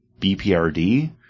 BPRD